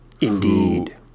Indeed